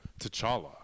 T'Challa